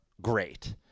great